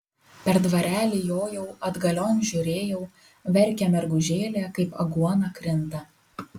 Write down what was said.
per dvarelį jojau atgalion žiūrėjau verkia mergužėlė kaip aguona krinta